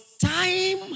time